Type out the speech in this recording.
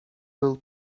will